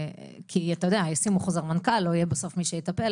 כי אתה יודע ישימו חוזר מנכ"ל ולא יהיה בסוף מי שיטפל.